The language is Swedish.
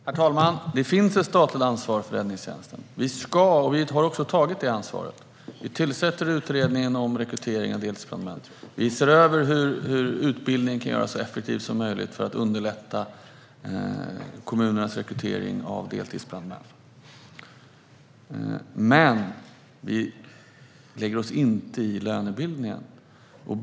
Herr talman! Det finns ett statligt ansvar för räddningstjänsten. Vi ska ta detta ansvar, och vi har också tagit det. Vi tillsätter utredningen om rekryteringen av deltidsbrandmän, och vi ser över hur utbildningen kan göras så effektiv som möjligt för att underlätta kommunernas rekrytering av deltidsbrandmän. Men vi lägger oss inte i lönebildningen.